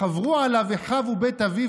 "חברו עליו אחיו ובית אביו,